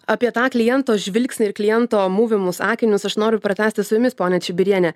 apie tą kliento žvilgsnį ir kliento mūvimus akinius aš noriu pratęsti su jumis ponia čibiriene